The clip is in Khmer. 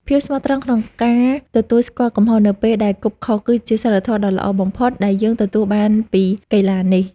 ភាពស្មោះត្រង់ក្នុងការទទួលស្គាល់កំហុសនៅពេលដែលគប់ខុស គឺជាសីលធម៌ដ៏ល្អបំផុតដែលយើងទទួលបានពីកីឡានេះ។